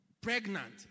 pregnant